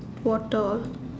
water all